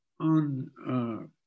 on